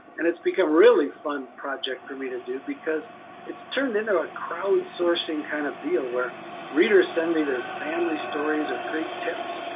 and it's become a really fun project for me to do because it's turned into a crowdsourcing kind of deal where readers send me their family stories or great tips,